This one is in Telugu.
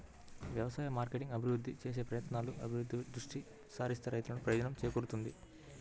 వ్యవసాయ మార్కెటింగ్ అభివృద్ధి చేసే ప్రయత్నాలు, అభివృద్ధిపై దృష్టి సారిస్తే రైతులకు ప్రయోజనం చేకూరుతుంది